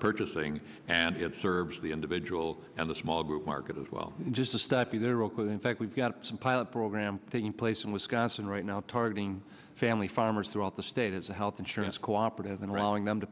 purchasing and it serves the individual and the small group market as well just to stop you there oakley in fact we've got some pilot programs taking place in wisconsin right now targeting family farmers throughout the state as a health insurance cooperative enrolling them to